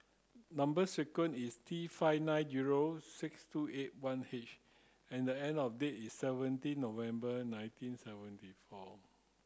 number sequence is T five nine zero six two eight one H and I know date is seventeen November nineteen seventy four